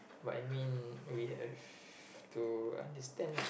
but I mean we have to understand lah